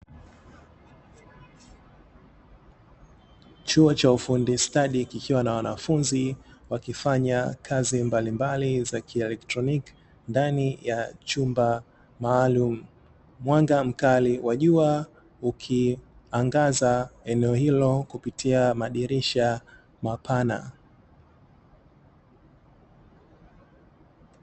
Chuo cha ufundi stadi kikiwa na wanafunzi wakifanya kazi mbalimbali cha kielektroniki ndani ya chumba maalumu. Mwanga mkali wa jua ukiangaza eneo hilo kupitia madirisha mapana.